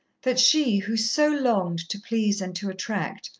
that she, who so longed to please and to attract,